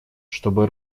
чтобы